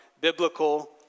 biblical